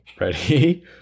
Ready